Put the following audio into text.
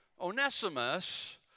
Onesimus